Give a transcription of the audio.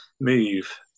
move